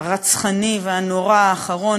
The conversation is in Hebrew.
הרצחני והנורא האחרון,